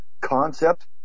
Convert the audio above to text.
concept